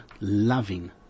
loving